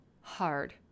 hard